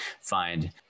find